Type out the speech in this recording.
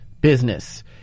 business